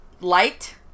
light